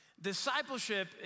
Discipleship